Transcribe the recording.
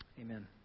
Amen